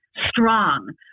strong